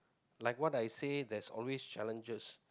like what I say there's always challenges